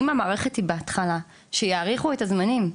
אם המערכת היא בהתחלה - שיאריכו את הזמנים,